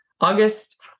August